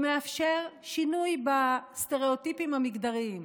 שמאפשר שינוי בסטריאוטיפים המגדריים,